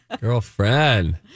girlfriend